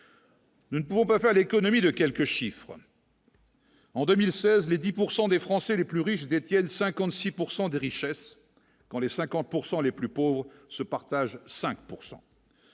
Nous ne pouvons pas faire l'économie de quelques chiffres. En 2016 les 10 pourcent des Français les plus riches détiennent 56 pourcent des richesses quand les 50 pourcent les plus pauvres se partagent 5